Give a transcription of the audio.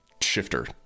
shifter